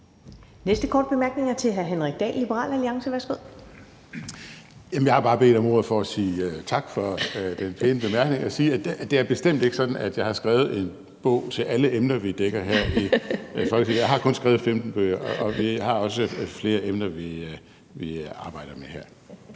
næste korte bemærkning er til hr. Henrik Dahl, Liberal Alliance. Værsgo. Kl. 20:15 Henrik Dahl (LA): Jeg har bare bedt om ordet for at sige tak for den pæne bemærkning og sige, at det bestemt ikke er sådan, at jeg har skrevet en bog til alle emner, vi dækker her i Folketinget. Jeg har kun skrevet 15 bøger, og vi har også flere emner, vi arbejder med her.